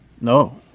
No